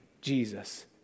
Jesus